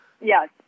Yes